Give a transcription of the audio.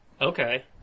Okay